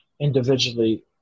individually